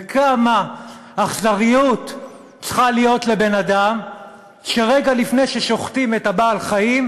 וכמה אכזריות צריכה להיות לבן-אדם שרגע לפני ששוחטים את בעל-החיים